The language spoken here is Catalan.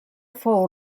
fou